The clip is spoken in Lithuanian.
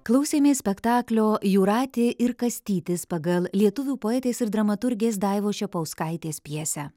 klausėmės spektaklio jūratė ir kastytis pagal lietuvių poetės ir dramaturgės daivos čepauskaitės pjesę